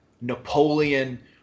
Napoleon